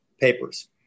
papers